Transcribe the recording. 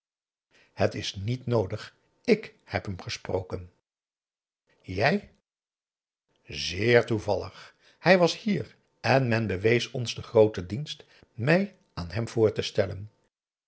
het is niet noodig ik heb hem gesproken jij zeer toevallig hij was hier en men bewees ons den grooten dienst mij aan hem voor te stellen